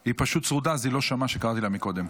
היא פשוט צרודה, אז היא לא שמעה שקראתי לה קודם.